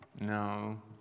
No